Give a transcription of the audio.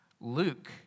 Luke